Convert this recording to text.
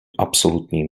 absolutní